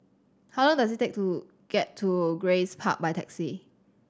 how long does it take to get to Grace Park by taxi